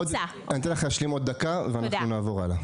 אתן לך להשלים עוד דקה ונעבור הלאה.